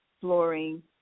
flooring